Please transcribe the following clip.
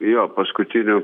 jo paskutiniu